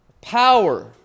power